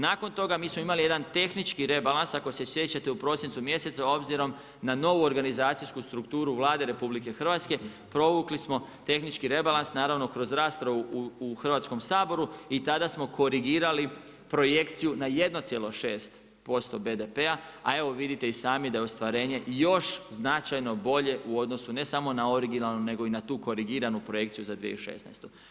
Nakon toga, mi smo imali jedan tehnički rebalans, ako se sjećate u prosincu mjesecu a obzirom na novu organizacijsku strukturu Vlade RH provukli smo tehnički rebalans naravno kroz raspravu u Hrvatskom saboru i tada smo korigirali projekciju na 1,6% BDP-a a evo vidite i sami da je ostvarenje još značajno bolje u odnosu ne samo na originalnu nego i na tu korigiranu projekciju za 2016.